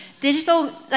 digital